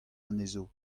anezho